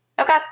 Okay